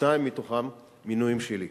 שתיים מתוכן מינויים שלי.